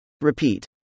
Repeat